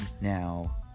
now